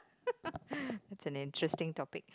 that's an interesting topic